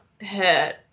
hurt